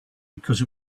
because